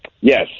Yes